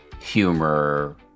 humor